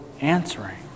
answering